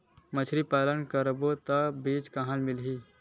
मछरी पालन करबो त बीज कहां मिलही?